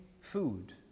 food